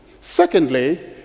Secondly